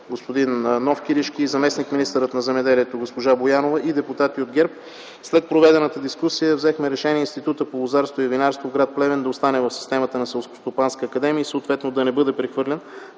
Иван Новкиришки, зам.-министърът на земеделието и храните Светлана Боянова и депутати от ГЕРБ, след проведената дискусия, взехме решение Институтът по лозарство и винарство в гр. Плевен да остане в системата на Селскостопанска академия и съответно да не бъде прехвърлен